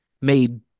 made